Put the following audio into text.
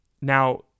Now